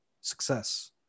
success